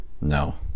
No